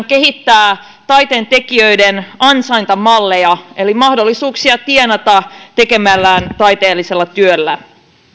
kehittää taiteentekijöiden ansaintamalleja eli mahdollisuuksia tienata tekemällään taiteellisella työllä